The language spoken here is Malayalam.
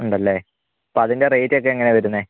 ഉണ്ടല്ലേ അപ്പം അതിൻ്റെ റേറ്റൊക്കെ എങ്ങനെയാണ് വരുന്നത്